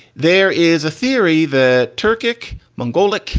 there is a theory that turkic mongolia,